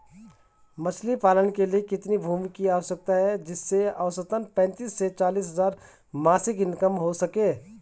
मछली पालन के लिए कितनी भूमि की आवश्यकता है जिससे औसतन पैंतीस से चालीस हज़ार मासिक इनकम हो सके?